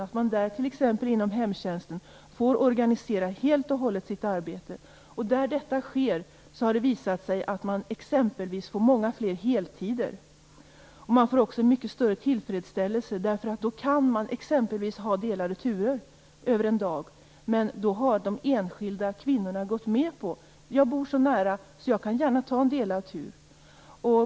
Inom hemtjänsten t.ex. bör man helt och hållet få organisera sitt arbete. Där detta sker har det visat sig att man exempelvis får många fler heltidsanställda. Tillfredsställelsen blir också mycket större, därför att då kan man t.ex. ha delade turer under en dag. De enskilda kvinnorna resonerar att eftersom de bor så nära kan de gärna ta en delad tur.